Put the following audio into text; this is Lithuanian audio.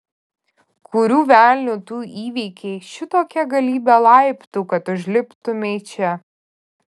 kurių velnių tu įveikei šitokią galybę laiptų kad užliptumei čia